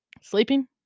sleeping